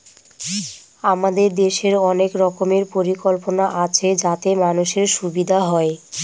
আমাদের দেশের অনেক রকমের পরিকল্পনা আছে যাতে মানুষের সুবিধা হয়